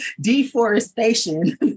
deforestation